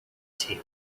tea